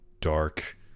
dark